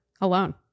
Alone